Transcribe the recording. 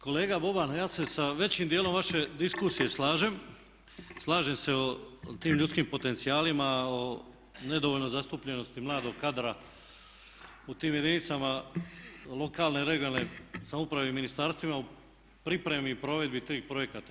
Kolega Boban, ja se sa većim dijelom vaše diskusije slažem, slažem se o tim ljudskim potencijalima, o nedovoljno zastupljenosti mladog kadra u tim jedinicama lokalne (regionalne) samouprave i ministarstvima u pripremi i provedbi tih projekata.